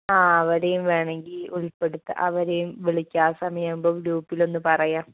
ആ അവരെയും വേണമെങ്കിൽ ഉൾപ്പെടുത്താം അവരെയും വിളിക്കാം ആ സമയം ആകുമ്പോൾ ഗ്രൂപ്പിലൊന്ന് പറയാം